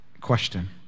question